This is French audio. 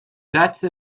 date